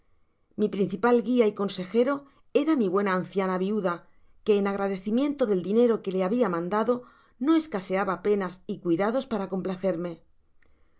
mi principal guia y consejero era mi buena anciana viuda que en agradecimiento del dinero que la habia mandado no escaseaba penas y cuidados para complacerme por